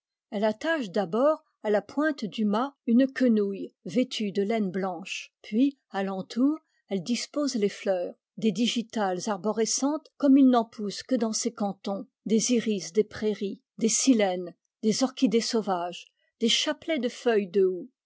elle attache d'abord à la pointe du mât une quenouille vêtue de laine blanche puis à l'entour elle dispose les fleurs des digitales arborescentes comme il n'en pousse que dans ces cantons des iris des prairies des silènes des orchidées sauvages des chapelets de feuilles de houx